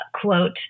quote